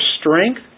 strength